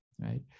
right